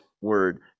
word